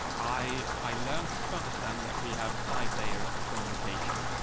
i i learned to understand that we have five layers of communication,